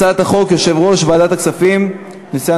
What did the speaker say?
הצעת חוק לשינוי סדרי עדיפויות לאומיים (תיקוני